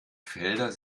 felder